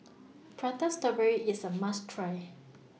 Prata Strawberry IS A must Try